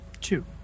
Two